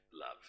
Love